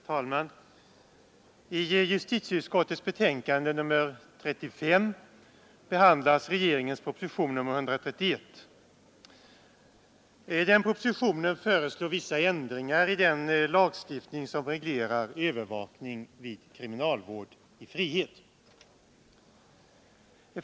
Herr talman! I justitieutskottets betänkande nr 35 behandlas regeringens proposition nr 131 med förslag till vissa ändringar i den lagstiftning som reglerar övervakning vid kriminalvård i frihet.